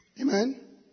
Amen